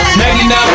99